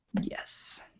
Yes